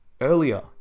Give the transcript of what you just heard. earlier